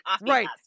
right